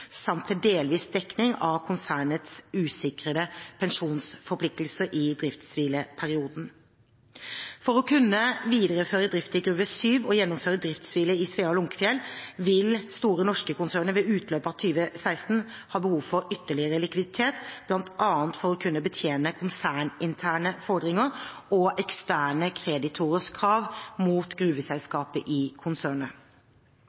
samt til delvis dekning av konsernets usikrede pensjonsforpliktelser i driftshvileperioden. For å kunne videreføre drift i Gruve 7 og gjennomføre driftshvile i Svea og Lunckefiell vil Store Norske-konsernet ved utløpet av 2016 ha behov for ytterligere likviditet, bl.a. for å kunne betjene konserninterne fordringer og eksterne kreditorers krav mot